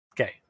Okay